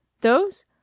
Those